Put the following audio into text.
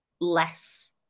less